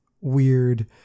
weird